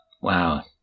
wow